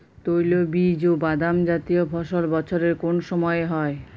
তৈলবীজ ও বাদামজাতীয় ফসল বছরের কোন সময় হয়?